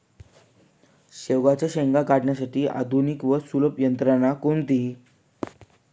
शेवग्याच्या शेंगा काढण्यासाठी आधुनिक व सुलभ यंत्रणा कोणती?